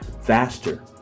faster